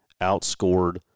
Outscored